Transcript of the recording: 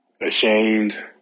ashamed